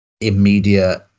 immediate